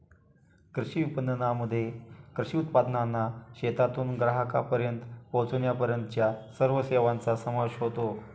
कृषी विपणनामध्ये कृषी उत्पादनांना शेतातून ग्राहकांपर्यंत पोचविण्यापर्यंतच्या सर्व सेवांचा समावेश होतो